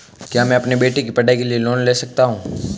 क्या मैं अपने बेटे की पढ़ाई के लिए लोंन ले सकता हूं?